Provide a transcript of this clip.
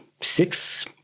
six